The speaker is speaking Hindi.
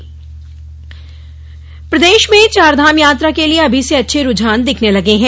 चारधाम यात्रा प्रदेश में चारधाम यात्रा के लिए अभी से अच्छे रुझान दिखने लगे हैं